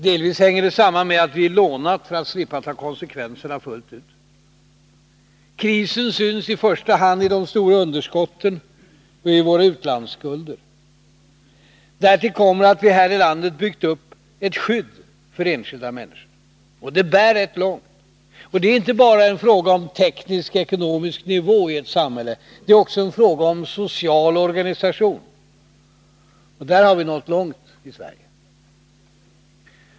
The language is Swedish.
Delvis hänger det samman med att vi lånat för att slippa ta konsekvenserna fullt ut. Krisen syns i första hand i de stora underskotten och i våra utlandsskulder. Därtill kommer att vi här i landet byggt upp ett skydd för enskilda människor. Det bär rätt långt. Det är inte bara en fråga om teknisk-ekonomisk nivå i ett samhälle. Det är också fråga om social organisation. Där har vi nått långt i Sverige.